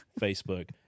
Facebook